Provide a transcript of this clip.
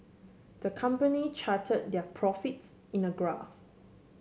the company chart their profits in a graph